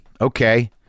Okay